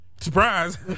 Surprise